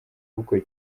ubukwe